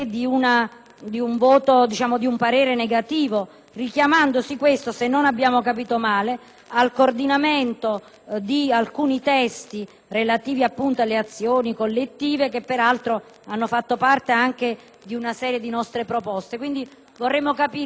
richiamandosi questo, se non abbiamo capito male, al coordinamento di alcuni testi relativi alle azioni collettive, che peraltro hanno fatto parte di una serie di nostre proposte. Vorremmo pertanto capire nel merito, se fosse possibile, la motivazione